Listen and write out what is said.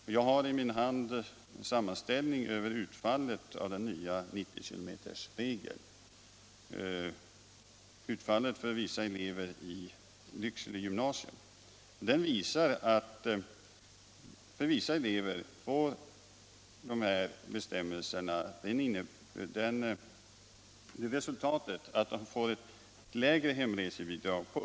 Jag har här i min hand en sammanställning över utfallet av den nya 90 km-regeln för elever i Lycksele gymnasium. Den visar att för vissa elever får bestämmelsen till resultat att de får ett upp till 100 kr.